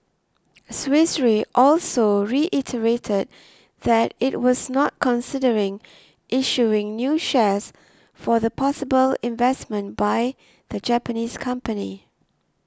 Swiss Re also reiterated that it was not considering issuing new shares for the possible investment by the Japanese company